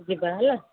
ଯିବା ହେଲା